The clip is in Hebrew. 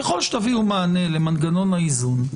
ככל שתביאו מענה למנגנון האיזון,